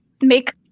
make